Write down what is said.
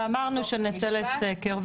ואמרנו שנצא לסקר,